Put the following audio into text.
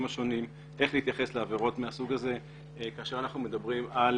השונים איך להתייחס לעבירות מהסוג הזה כאשר אנחנו מדברים על